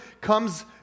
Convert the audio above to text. comes